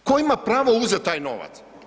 Tko ima pravo uzeti taj novac?